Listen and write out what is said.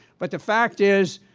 but the fact is,